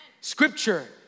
Scripture